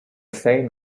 same